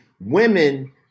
women